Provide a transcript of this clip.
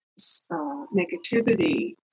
negativity